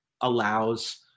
allows